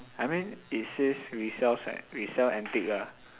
I mean it says we sells eh we sell antique ah